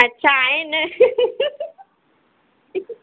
अच्छा आहिनि